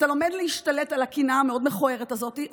אתה לומד להשתלט על הקנאה המאוד-מכוערת הזאת.